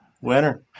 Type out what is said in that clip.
Winner